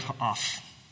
off